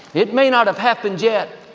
it may not have happened yet,